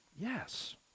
yes